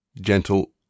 Gentle